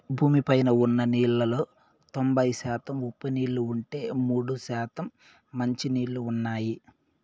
భూమి పైన ఉన్న నీళ్ళలో తొంబై శాతం ఉప్పు నీళ్ళు ఉంటే, మూడు శాతం మంచి నీళ్ళు ఉన్నాయి